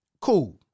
Cool